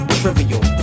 trivial